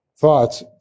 Thoughts